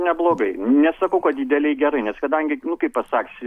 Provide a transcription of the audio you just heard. neblogai nesakau kad dideliai gerai nes kadangi nu kaip pasakius